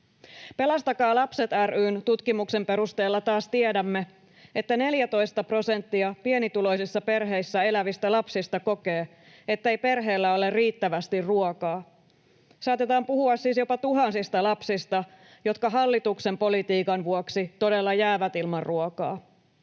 Pelastakaa Lapset ry:n tutkimuksen perusteella taas tiedämme, että 14 prosenttia pienituloisissa perheissä elävistä lapsista kokee, ettei perheellä ole riittävästi ruokaa. Saatetaan puhua siis jopa tuhansista lapsista, jotka hallituksen politiikan vuoksi todella jäävät ilman ruokaa.